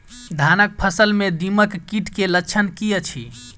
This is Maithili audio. धानक फसल मे दीमक कीट केँ लक्षण की अछि?